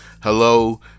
hello